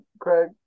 Craig